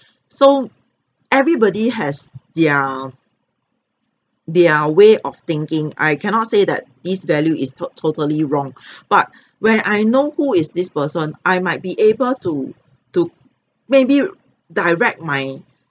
so everybody has their their way of thinking I cannot say that this value is tot~ totally wrong but when I know who is this person I might be able to to maybe direct my